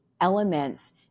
elements